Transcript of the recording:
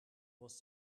was